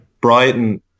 Brighton